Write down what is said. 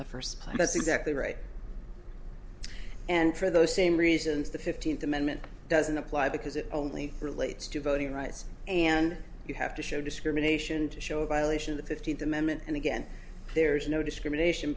the first place that's exactly right and for those same reasons the fifteenth amendment doesn't apply because it only relates to voting rights and you have to show discrimination to show a violation of the fifteenth amendment and again there's no discrimination